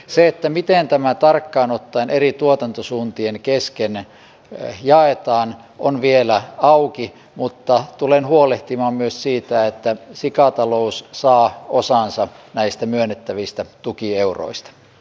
se miten tämä tarkkaan ottaen eri tuotantosuuntien kesken jaetaan on vielä auki mutta tulen huolehtimaan myös siitä että sikatalous saa osansa näistä myönnettävistä tukieuroista